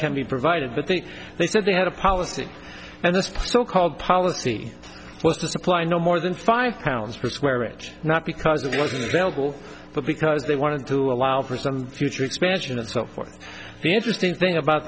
can be provided the things they said they had a policy and this so called policy was to supply no more than five pounds per square inch not because it wasn't available but because they wanted to allow for some future expansion and so forth the interesting thing about